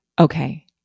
okay